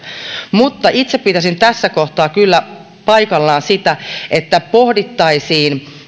mutta itse pitäisin tässä kohtaa kyllä paikallaan sitä että pohdittaisiin